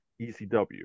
ECW